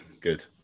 good